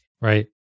Right